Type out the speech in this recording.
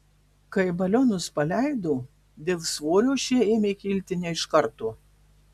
kai balionus paleido dėl svorio šie ėmė kilti ne iš karto